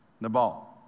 Nabal